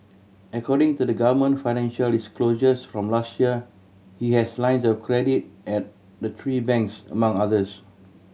according to government financial disclosures from last year he has lines of credit at the three banks among others